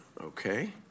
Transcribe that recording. Okay